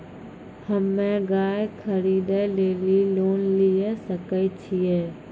हम्मे गाय खरीदे लेली लोन लिये सकय छियै?